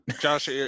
Josh